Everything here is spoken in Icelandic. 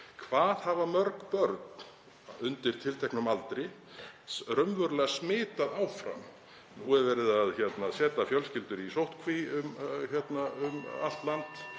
Hvað hafa mörg börn undir tilteknum aldri raunverulega smitað áfram? Nú er verið að setja fjölskyldur í sóttkví um allt land